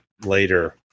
later